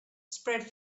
spread